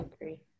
agree